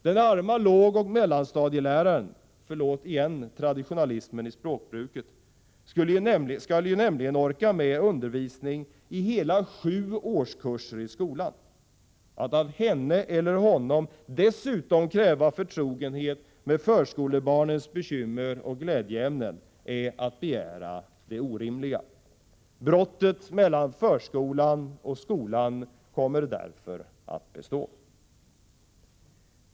Den arma lågoch mellanstadieläraren — förlåt igen traditionalismen i språkbruket — skall ju nämligen orka med undervisning i hela sju årskurser i skolan. Att av henne eller honom dessutom kräva förtrogenhet med förskolebarnens bekymmer och glädjeämnen är att begära det orimliga. Brottet mellan förskolan och skolan kommer därför att bestå.